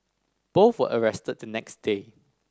both were arrested the next day